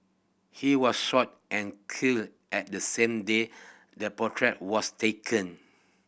he was shot and killed at the same day the portrait was taken